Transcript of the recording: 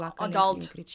adult